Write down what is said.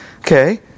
Okay